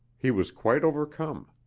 he was quite overcome.